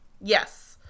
Yes